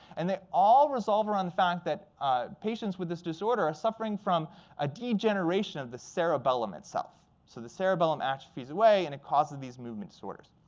and they all resolve around the fact that patients with this disorder are suffering from a degeneration of the cerebellum itself. so the cerebellum atrophies away and it causes these movement disorders.